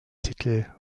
titel